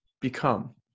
become